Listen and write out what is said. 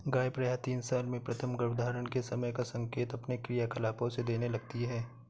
गाय प्रायः तीन साल में प्रथम गर्भधारण के समय का संकेत अपने क्रियाकलापों से देने लगती हैं